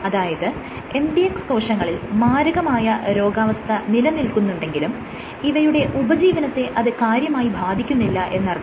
അതായത് mdx കോശങ്ങളിൽ മാരകമായ രോഗാവസ്ഥ നിലനിൽക്കുന്നുണ്ടെങ്കിലും ഇവയുടെ ഉപജീവനത്തിനെ അത് കാര്യമായി ബാധിക്കുന്നില്ല എന്നർത്ഥം